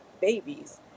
babies